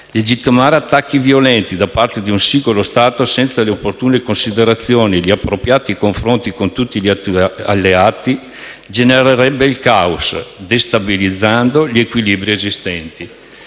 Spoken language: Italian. Legittimare attacchi violenti da parte di un singolo Stato, senza le opportune considerazioni e gli appropriati confronti con tutti gli alleati, genererebbe il *caos*, destabilizzando gli equilibri esistenti.